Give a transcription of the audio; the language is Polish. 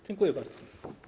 Dziękuję bardzo.